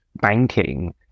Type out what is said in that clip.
banking